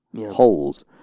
Holes